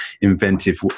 Inventive